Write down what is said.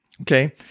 Okay